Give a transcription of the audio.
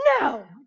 No